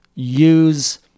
use